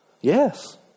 Yes